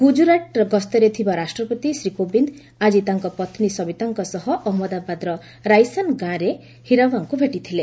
ଗୁଜରାଟ୍ ଗସ୍ତରେ ଥିବା ରାଷ୍ଟ୍ରପତି ଶ୍ରୀ କୋବିନ୍ଦ ଆଜି ତାଙ୍କ ପତ୍ନୀ ସବିତାଙ୍କ ସହ ଅହଜ୍ଞଦାବାଦର ରାଇସାନ୍ ଗାଁରେ ହୀରବାଙ୍କୁ ଭେଟିଥିଲେ